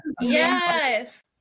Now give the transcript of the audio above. Yes